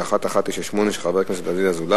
שאילתא מס' 1198 של חבר הכנסת דוד אזולאי,